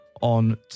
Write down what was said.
on